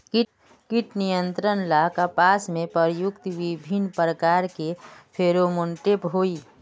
कीट नियंत्रण ला कपास में प्रयुक्त विभिन्न प्रकार के फेरोमोनटैप होई?